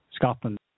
Scotland